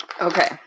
Okay